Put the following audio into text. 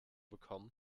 bekommen